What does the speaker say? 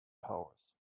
towers